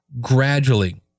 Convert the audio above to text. gradually